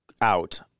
out